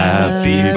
Happy